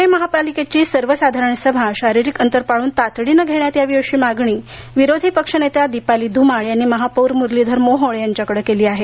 पुणे महापालिकेची सर्वसाधारण सभा शारीरिक अंतर पाळन तातडीनं घेण्यात यावी अशी मागणी विरोधी पक्षनेत्या दिपाली ध्रमाळ यांनी महापौर मुरलीधर मोहोळ यांच्याकडे केली आहे